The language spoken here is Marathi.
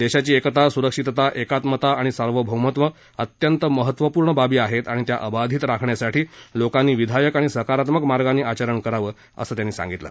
देशाची एकता सुरक्षितता एकात्मता आणि सार्वभौमत्व अत्यंत महत्त्वपूर्ण बाबी आहेत आणि त्या अबाधित राखण्यासाठी लोकांनी विधायक आणि सकारात्मक मार्गांनी आचरण करावं असं त्यांनी सांगितलं